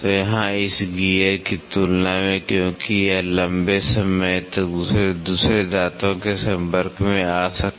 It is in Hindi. तो यहाँ इस गियर की तुलना में क्योंकि यह लंबे समय तक दूसरे दांतों के संपर्क में आ सकता है